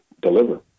deliver